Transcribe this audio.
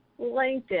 LinkedIn